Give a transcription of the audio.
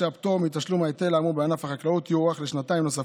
שהפטור מתשלום ההיטל האמור בענף החקלאות יוארך בשנתיים נוספות,